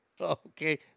Okay